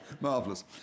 Marvelous